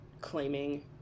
claiming